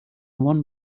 one